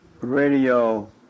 radio